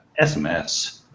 SMS